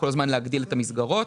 להגדיל את המסגרות.